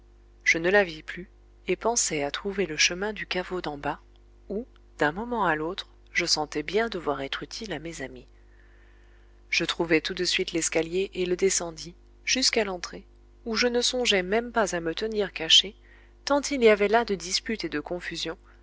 je ne la vis plus et pensai à trouver le chemin du caveau d'en bas où d'un moment à l'autre je sentais bien devoir être utile à mes amis je trouvai tout de suite l'escalier et le descendis jusqu'à l'entrée ou je ne songeai même pas à me tenir caché tant il y avait là de dispute et de confusion